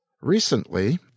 Recently